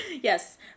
Yes